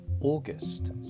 August